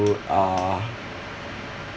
uh